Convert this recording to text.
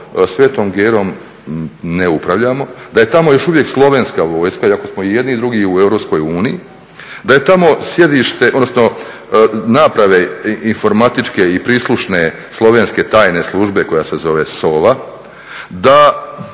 Svetom Gerom ne upravljamo, da je tamo još uvijek slovenska vojska, iako smo i jedni i drugi u EU, da je tamo sjedište, odnosno naprave informatičke i prislušne slovenske tajne službe koja se zove SOVA, da